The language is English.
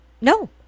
No